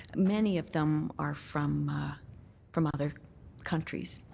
many of them are from from other countries,